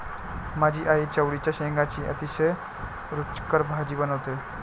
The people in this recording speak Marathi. माझी आई चवळीच्या शेंगांची अतिशय रुचकर भाजी बनवते